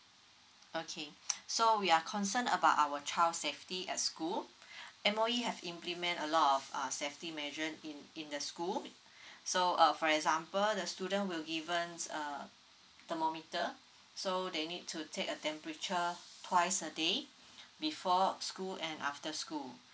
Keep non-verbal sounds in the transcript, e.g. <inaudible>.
okay <noise> <breath> so we are concerned about our child's safety at school <breath> M_O_E have implement a lot of uh safety measure in in the school <breath> so uh for example the student will given s~ a thermometer so they need to take a temperature twice a day <breath> before school and after school